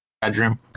bedroom